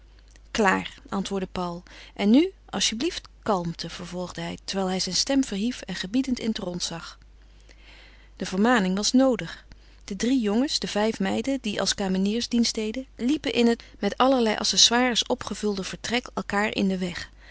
klaar antwoordde paul en nu alsjeblieft kalmte vervolgde hij terwijl hij zijn stem verhief en gebiedend in het rond zag de vermaning was noodig de drie jongens de vijf meiden die als kameniers dienst deden liepen in het met allerlei accessoires opgevulde vertrek elkaâr in den weg